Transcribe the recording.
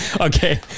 Okay